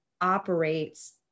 operates